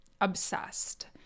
obsessed